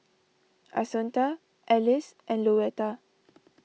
Assunta Ellis and Louetta